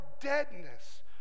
deadness